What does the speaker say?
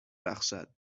بخشد